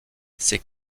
ces